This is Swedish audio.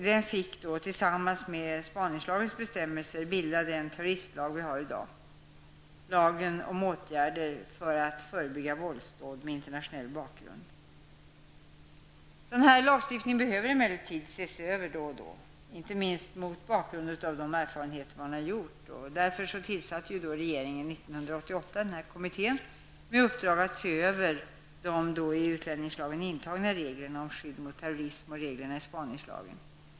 Dessa fick tillsammans med spaningslagens bestämmelser bilda den terroristlag som vi har i dag, Lagen om åtgärder för att förebygga våldsdåd med internationell bakgrund. En sådan här lagstiftning behöver emellertid då och då ses över, inte minst mot bakgrund mot de erfarenheter som man har gjort. Därför tillsatte regeringen år 1988 den här kommittéen med uppdrag att se över de då i utlänningslagen intagna reglerna om skydd mot terrorism och reglerna i spaningslagen.